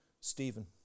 Stephen